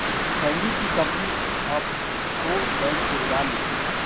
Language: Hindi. सैंडी की कंपनी ऑफशोर बैंक से उधार लेती है